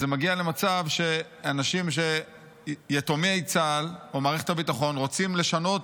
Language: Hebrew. זה מגיע למצב שכשיתומי צה"ל או מערכת הביטחון רוצים לשנות